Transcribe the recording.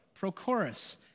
Prochorus